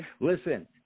Listen